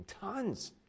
Tons